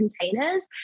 containers